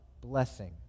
blessing